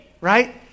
right